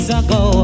ago